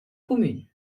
cumün